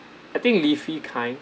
I think leafy kind